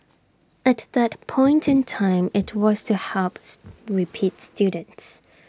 at that point in time IT was to helps repeats students